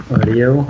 Audio